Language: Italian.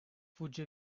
fugge